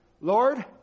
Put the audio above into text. Lord